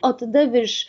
o tada virš